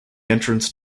entrance